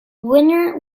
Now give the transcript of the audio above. winner